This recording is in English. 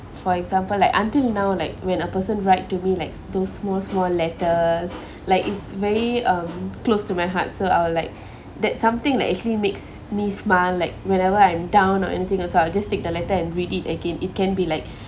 for example like until now like when a person write to me like those small small letters like it's very um close to my heart so I'll like that's something that actually makes me smile like whenever I'm down or anything also I'll just take the letter and read it again it can be like